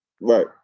Right